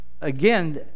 again